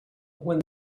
when